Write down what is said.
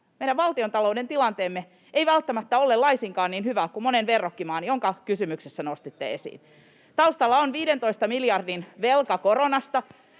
Meidän valtiontaloutemme tilanne ei välttämättä ole laisinkaan niin hyvä kuin monen verrokkimaan, jotka kysymyksessä nostitte esiin. Taustalla on 15 miljardin velka koronasta.